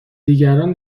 دیگران